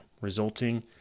resulting